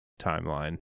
timeline